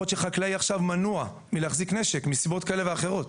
יכול להיות שחקלאי עכשיו מנוע מלהחזיק נשק מסיבות כאלה ואחרות,